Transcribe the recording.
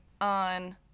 on